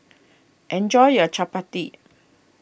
enjoy your Chapati